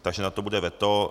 Takže na to bude veto.